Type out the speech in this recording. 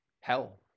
hell